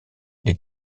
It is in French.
les